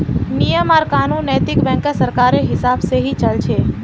नियम आर कानून नैतिक बैंकत सरकारेर हिसाब से ही चल छ